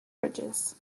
bridges